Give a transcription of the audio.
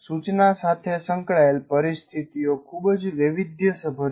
સૂચના સાથે સંકળાયેલ પરિસ્થિતિઓ ખૂબ જ વૈવિધ્યસભર છે